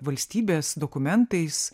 valstybės dokumentais